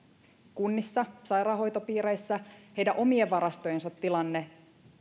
kunnissa sairaanhoitopiireissä heidän omien varastojensa tilanne